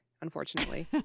unfortunately